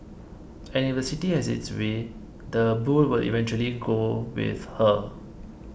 and if the city has its way the bull will eventually go with her